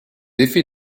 effets